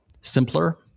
simpler